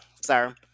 sir